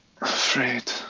afraid